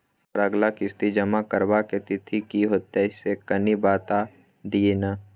हमर अगला किस्ती जमा करबा के तिथि की होतै से कनी बता दिय न?